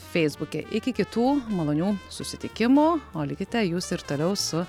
feisbuke iki kitų malonių susitikimų o likite jūs ir toliau su